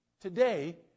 Today